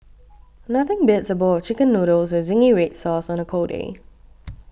nothing beats a bowl of Chicken Noodles with Zingy Red Sauce on a cold day